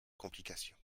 complications